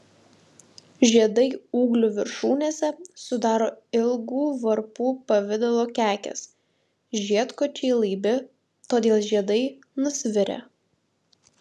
žiedai ūglių viršūnėse sudaro ilgų varpų pavidalo kekes žiedkočiai laibi todėl žiedai nusvirę